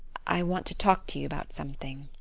i want to talk to you about something.